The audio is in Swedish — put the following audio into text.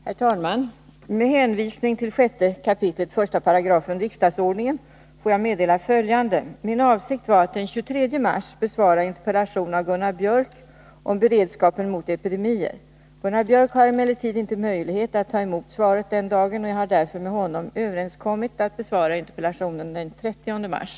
Herr talman! Med hänvisning till 6 kap. 1§ riksdagsordningen får jag meddela följande. Min avsikt var att den 23 mars besvara interpellationen av Gunnar Biörck i Värmdö om beredskapen mot epidemier. Gunnar Biörck har emellertid inte möjlighet att ta emot svaret den dagen. Jag har därför med honom överenskommit att besvara interpellationen den 30 mars.